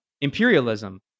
imperialism